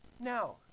Now